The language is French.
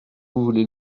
voulez